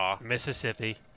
Mississippi